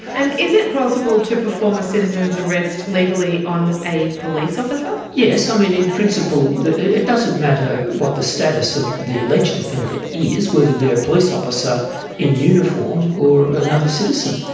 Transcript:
and is it possible to perform a citizen's arrest legally on a police officer? yes, um in in principle. it doesn't matter what the status of the alleged offender is, whether they are police officer in uniform or another citizen.